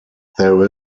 there